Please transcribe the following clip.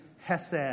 Hesed